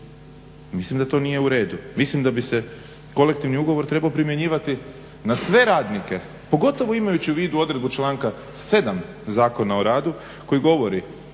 mislim da to nije u redu. Mislim da bi se kolektivni ugovor trebao primjenjivati na sve radnike, pogotovo imajući u vidu odredbu članka 7. Zakona o radu koji govori